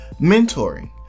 mentoring